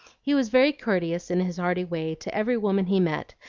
he was very courteous in his hearty way to every woman he met,